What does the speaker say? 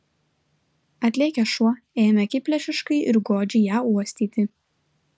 atlėkęs šuo ėmė akiplėšiškai ir godžiai ją uostyti